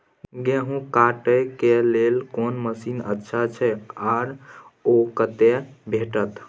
गेहूं के काटे के लेल कोन मसीन अच्छा छै आर ओ कतय भेटत?